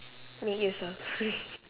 make yourself